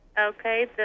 Okay